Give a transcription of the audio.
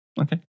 Okay